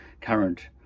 current